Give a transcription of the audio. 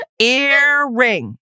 earring